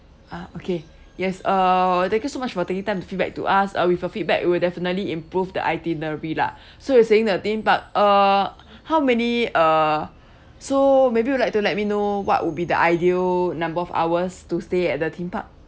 ah okay yes uh thank you so much for taking time to feedback to us uh with a feedback we'll definitely improve the itinerary lah so you saying the theme park uh how many uh so maybe you'd like to let me know what would be the ideal number of hours to stay at the theme park